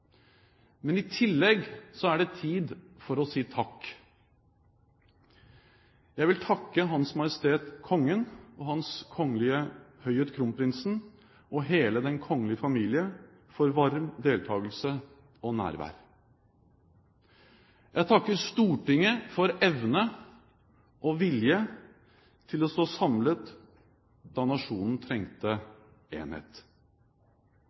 Men i tillegg er det tid for å si takk. Jeg vil takke Hans Majestet Kongen, Hans Kongelige Høyhet Kronprinsen og hele den kongelige familie for varm deltakelse og nærvær. Jeg takker Stortinget for evne og vilje til å stå samlet da nasjonen trengte enhet.